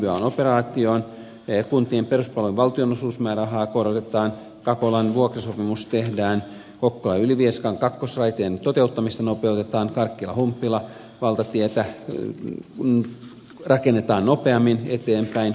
osallistutaan libyan operaatioon kuntien peruspalvelujen valtionosuusmäärärahaa korotetaan kakolan vuokrasopimus tehdään kokkolaylivieska radan kakkosraiteen toteuttamista nopeutetaan karkkilahumppila valtatietä rakennetaan nopeammin eteenpäin